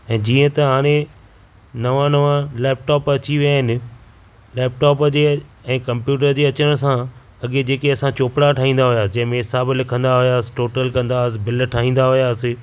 ऐं जीअं त हाणे नवां नवां लैपटोप अची विया आहिनि लैपटोप जे ऐं कमप्यूटर जे अचण सां अॻे जेके असां चोपड़ा ठाहींदा हुयासीं जंहिं में हिसाब लिखंदा हुयासीं टोटल कंदासीं बिल ठाहींदा हुयासीं